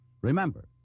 Remember